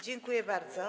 Dziękuję bardzo.